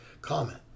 Comment